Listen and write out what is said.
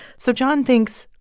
so jon thinks,